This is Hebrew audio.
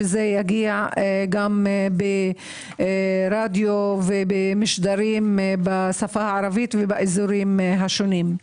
שזה יגיע גם ברדיו ובמשדרים בשפה הערבית ובאזורים השונים.